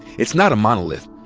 it's not a monolith.